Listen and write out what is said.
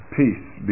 Peace